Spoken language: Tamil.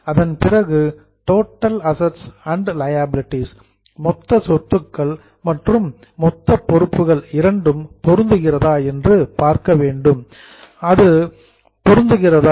அதன் பிறகு டோட்டல் அசட்ஸ் அண்ட் லியாபிலிடீஸ் மொத்த சொத்துக்கள் மற்றும் மொத்த பொறுப்புகள் இரண்டும் பொருந்துகிறதா என்று பார்க்க வேண்டும் அது மேட்சிங் பொருந்துகிறதா